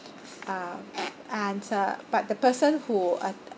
uh and uh but the person who a~